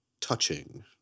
touching